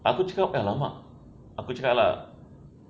aku cakap eh !alamak! aku cakap lah